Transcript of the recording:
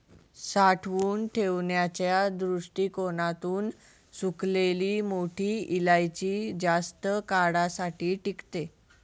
साठवून ठेवण्याच्या दृष्टीकोणातून सुकलेली मोठी इलायची जास्त काळासाठी टिकते